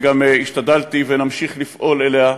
וגם השתדלתי ונמשיך לפעול לפיה,